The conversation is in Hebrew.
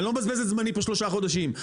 אני לא מבזבז את זמני פה שלושה חודשים,